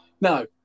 No